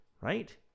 right